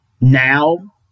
now